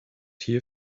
here